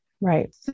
Right